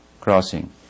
crossing